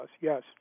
yes